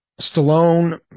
Stallone